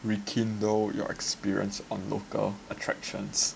rekindle your experience on local attractions